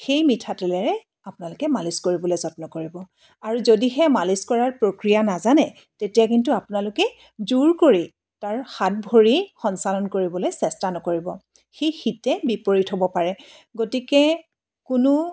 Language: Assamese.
সেই মিঠাতেলেৰে আপোনালোকে মালিচ কৰিবলৈ যত্ন কৰিব আৰু যদিহে মালিচ কৰাৰ প্ৰক্ৰিয়া নাজানে তেতিয়া কিন্তু আপোনালোকে জোৰ কৰি তাৰ হাত ভৰি সঞ্চালন কৰিবলৈ চেষ্টা নকৰিব সি হিতে বিপৰীত হ'ব পাৰে গতিকে কোনো